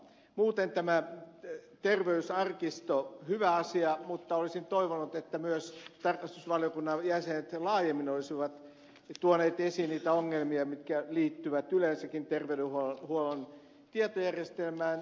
muuten tämä terveysarkisto on hyvä asia mutta olisin toivonut että myös tarkastusvaliokunnan jäsenet laajemmin olisivat tuoneet esiin niitä ongelmia mitkä liittyvät yleensäkin terveydenhuollon tietojärjestelmään